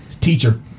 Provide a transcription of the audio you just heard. teacher